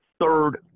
Third